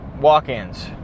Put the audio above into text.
walk-ins